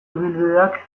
ibilbideak